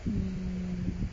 hmm